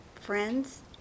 friends